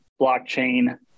blockchain